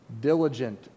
Diligent